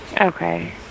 Okay